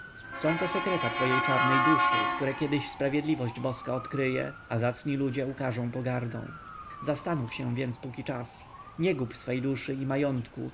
są to sekreta twojej czarnej duszy które kiedyś sprawiedliwość boska odkryje a zacni ludzie ukarzą pogardą zastanów się więc póki czas nie gub swej duszy i majątku